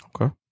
Okay